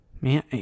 Man